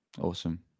awesome